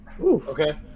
Okay